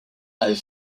avait